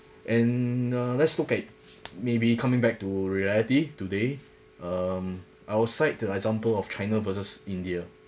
and uh let's look at maybe coming back to reality today um outside the example of china versus india